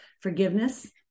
forgiveness